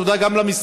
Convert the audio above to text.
תודה גם למשרד,